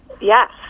Yes